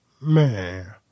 Man